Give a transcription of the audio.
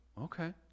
okay